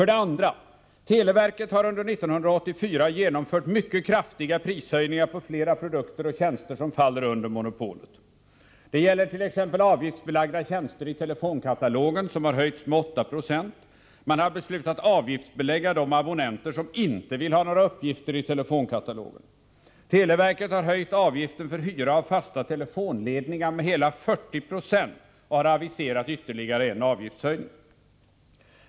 2. Televerket har under 1984 genomfört mycket kraftiga prishöjningar på flera produkter och tjänster som faller under monopolet. Det gäller t.ex. avgiftsbelagda uppgifter i telefonkatalogen som höjts med 8 26. Man har beslutat avgiftsbelägga de abonnenter som inte vill ha några uppgifter i telefonkatalogen. Televerket har vidare höjt avgiften för hyra av fasta telefonledningar med 40 96 och har aviserat ytterligare en avgiftshöjning.